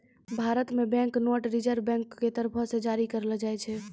भारत मे bank note reserve bank के तरफो से जारी करलो जाय छै